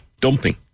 dumping